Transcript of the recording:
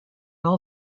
all